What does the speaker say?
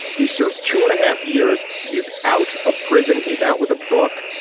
he served two and a half years. he is out of prison. he is out with a book.